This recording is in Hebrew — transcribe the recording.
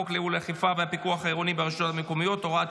בואי נשמע אותך אומרת שחיזבאללה ארגון טרור.